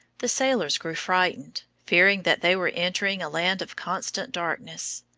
the sailors grew frightened, fearing that they were entering a land of constant darkness.